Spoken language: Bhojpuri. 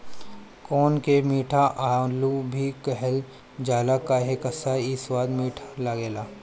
कोन के मीठा आलू भी कहल जाला काहे से कि इ स्वाद में मीठ लागेला